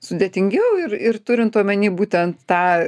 sudėtingiau ir ir turint omeny būtent tą